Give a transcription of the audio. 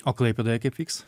o klaipėdoje kaip vyks